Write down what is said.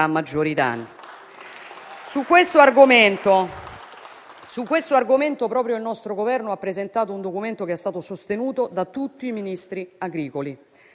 maggiori danni. Su questo argomento, proprio il nostro Governo ha presentato un documento che è stato sostenuto da tutti i Ministri agricoli.